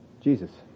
Jesus